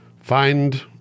find